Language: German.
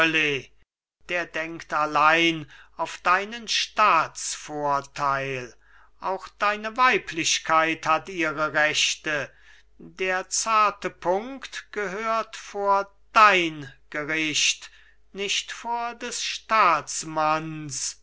der denkt allein auf deinen staatsvorteil auch deine weiblichkeit hat ihre rechte der zarte punkt gehört vor dein gericht nicht vor des staatsmanns